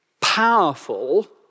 powerful